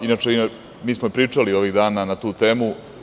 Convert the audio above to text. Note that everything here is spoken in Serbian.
Inače, mi smo pričali ovih dana na tu temu.